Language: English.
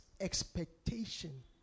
expectation